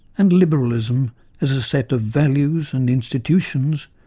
and liberalism as a set of values and institutions,